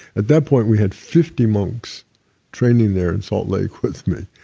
at that point, we had fifty monks training there in salt lake with me,